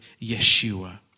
Yeshua